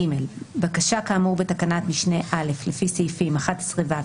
בקשה כאמור בתקנת משנה (א) לפי סעיפים 11(ו),